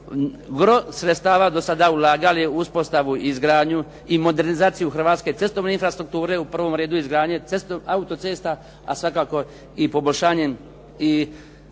gro sredstava do sada ulagali u uspostavu i izgradnju i modernizaciju hrvatske cestovne infrastrukture, u prvom redu izgradnje autocesta a svakako i poboljšanjem i